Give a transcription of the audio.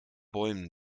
bäumen